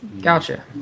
Gotcha